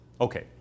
Okay